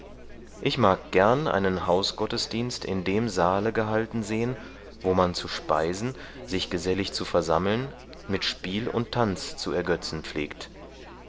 ich mag gern einen hausgottesdienst in dem saale gehalten sehen wo man zu speisen sich gesellig zu versammeln mit spiel und tanz zu ergötzen pflegt